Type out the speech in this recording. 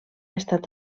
estat